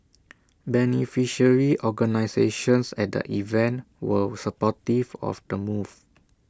beneficiary organisations at the event were supportive of the move